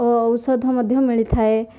ଓ ଔଷଧ ମଧ୍ୟ ମିଳିଥାଏ